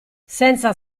senza